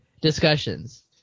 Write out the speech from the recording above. discussions